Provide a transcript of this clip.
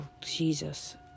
Jesus